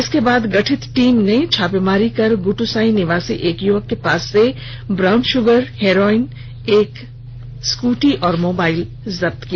जिसके बाद गठित पुलिस टीम ने छापेमारी कर गुटूसाई निवासी एक युवक के पास से ब्राउन शुगर हेरोइन स्कूटी और मोबाइल जब्त किया